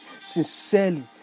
Sincerely